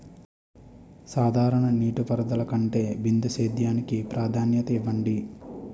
సాధారణ నీటిపారుదల కంటే బిందు సేద్యానికి ప్రాధాన్యత ఇవ్వండి